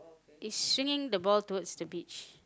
is swinging the ball towards the beach